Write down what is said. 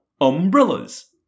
umbrellas